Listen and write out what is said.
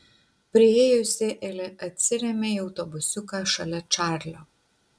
priėjusi elė atsirėmė į autobusiuką šalia čarlio